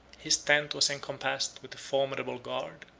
his tent was encompassed with a formidable guard.